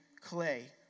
clay